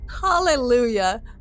Hallelujah